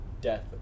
death